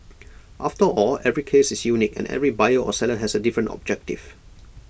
after all every case is unique and every buyer or seller has A different objective